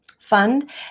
fund